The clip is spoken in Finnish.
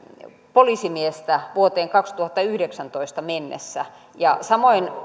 poliisimiestä vuoteen kaksituhattayhdeksäntoista mennessä samoin